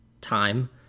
Time